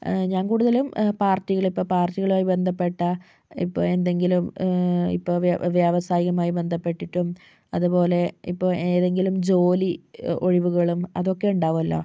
ഞാൻ കൂടുതലും പാർട്ടികളും ഇപ്പോൾ പാർട്ടികളുമായി ബന്ധപ്പെട്ട ഇപ്പോൾ എന്തെങ്കിലും ഇപ്പോൾ വ്യവ വ്യാവസായികമായി ബന്ധപ്പെട്ടിട്ടും അത്പോലെ ഇപ്പോൾ ഏതെങ്കിലും ജോലി ഒഴിവുകളും അതൊക്കെ ഉണ്ടാകുമല്ലോ